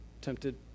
Tempted